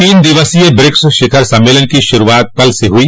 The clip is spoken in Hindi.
तीन दिवसीय ब्रिक्स शिखर सम्मेलन की शुरूआत कल से हुई